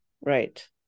right